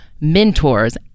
mentors